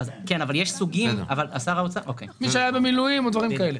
מי שהיה במילואים, או דברים כאלה.